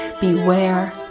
beware